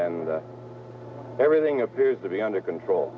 and everything appears to be under control